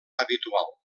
habitual